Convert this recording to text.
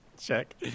check